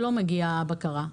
ובסוף לא מגיעה הבקרה.